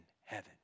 heaven